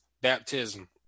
Baptism